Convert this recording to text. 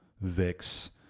Vix